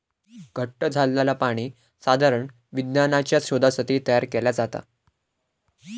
घट्ट झालंला पाणी साधारण विज्ञानाच्या शोधासाठी तयार केला जाता